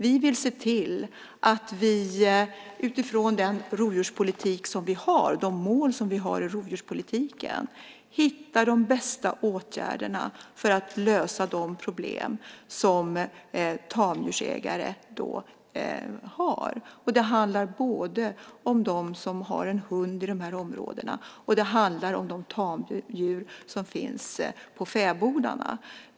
Vi vill se till att vi utifrån den rovdjurspolitik som vi har, de mål som vi har i rovdjurspolitiken, hittar de bästa åtgärderna för att lösa de problem som tamdjursägare har. Det handlar både om dem som har en hund i de här områdena och om de tamdjur som finns på fäbodarna.